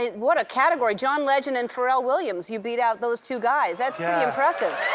what a category. john legend and pharrell williams, you beat out those two guys. that's pretty impressive.